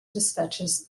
despatches